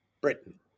Britain